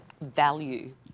value